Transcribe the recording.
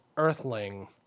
Earthling